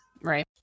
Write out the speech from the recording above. right